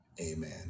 amen